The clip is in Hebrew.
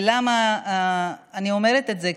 ולמה אני אומרת את זה?